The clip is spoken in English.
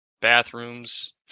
bathrooms